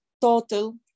total